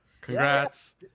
Congrats